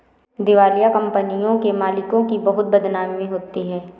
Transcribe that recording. दिवालिया कंपनियों के मालिकों की बहुत बदनामी होती है